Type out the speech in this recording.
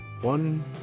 One